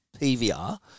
PVR